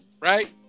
right